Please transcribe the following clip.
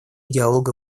диалога